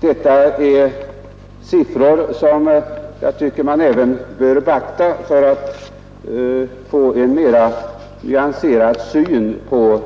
Detta är siffror som man bör beakta för att få en mera nyanserad syn på